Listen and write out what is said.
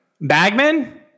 Bagman